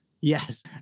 Yes